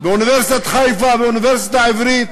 באוניברסיטת חיפה, באוניברסיטה העברית.